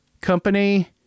company